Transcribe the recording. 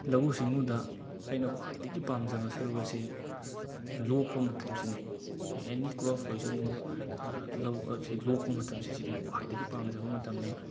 ꯂꯧꯎ ꯁꯤꯡꯎꯗ ꯑꯩꯅ ꯈ꯭ꯋꯥꯏꯗꯒꯤ ꯄꯥꯝꯖꯕ ꯁꯔꯨꯛ ꯑꯁꯤ ꯂꯣꯛꯄ ꯃꯇꯝꯁꯤꯅꯤ ꯑꯦꯅꯤ ꯀ꯭ꯔꯣꯞ ꯑꯣꯏꯁꯅꯨ ꯂꯧ ꯑꯁꯤ ꯂꯣꯛꯄ ꯃꯇꯝꯁꯤ ꯁꯤꯅꯤ ꯑꯩꯅ ꯈ꯭ꯋꯥꯏꯗꯒꯤ ꯄꯥꯝꯖꯕ ꯃꯇꯝꯅꯤ